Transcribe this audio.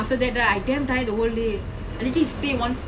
ah nowadays ah I'm just slacking at home but I'm damn tired leh